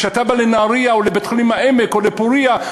כשאתה בא לנהרייה או לבית-חולים "העמק" או לפורייה,